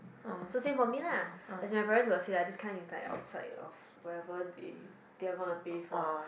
so same for me lah as in my parents will say lah this kind is like outside of whatever they they are going to pay for